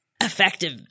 effective